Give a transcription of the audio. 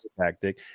tactic